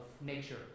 nature